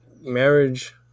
marriage